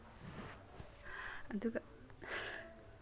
ꯑꯗꯨꯒ